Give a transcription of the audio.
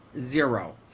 Zero